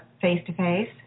face-to-face